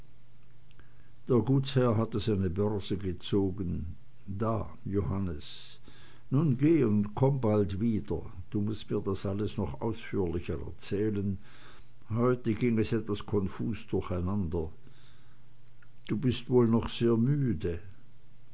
der gutsherr hatte seine börse gezogen da johannes nun geh und komm bald wieder du mußt mir das alles noch ausführlicher erzählen heute ging es etwas konfus durcheinander du bist wohl noch sehr müde